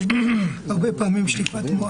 יש הרבה פעמים שטיפת מוח.